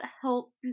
help